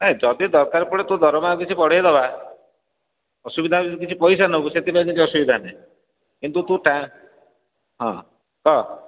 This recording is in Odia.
ନାଇଁ ଯଦି ଦରକାର ପଡ଼େ ତୋ ଦରମା ଆଉ କିଛି ବଢ଼େଇ ଦେବା ଅସୁବିଧା ହେଉଛି ଯଦି କିଛି ପଇସା ନେବୁ ସେଥିପାଇଁ କିଛି ଅସୁବିଧା ନାଇଁ କିନ୍ତୁ ତୁ ଟାଇମ୍ ହଁ କୁହ